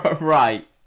Right